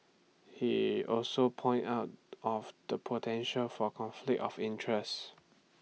he also pointed out off the potential for conflict of interest